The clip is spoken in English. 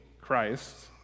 Christ